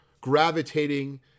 gravitating